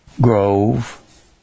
grove